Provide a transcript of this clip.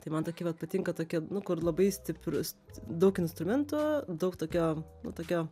tai man tokie vat patinka tokie nu kur labai stiprūs daug instrumentų daug tokio nu tokio